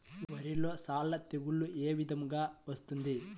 వరిలో సల్ల తెగులు ఏ విధంగా వస్తుంది?